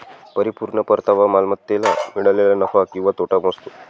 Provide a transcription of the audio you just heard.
परिपूर्ण परतावा मालमत्तेला मिळालेला नफा किंवा तोटा मोजतो